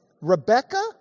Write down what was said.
Rebecca